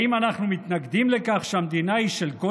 האם אנחנו מתנגדים לכך שהמדינה היא של כל